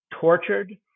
tortured